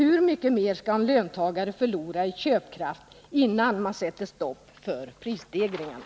Hur mycket mer skall en löntagare förlora i köpkraft, innan ni sätter stopp för prisstegringarna?